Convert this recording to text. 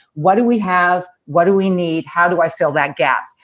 what do we have, what do we need? how do i fill that gap?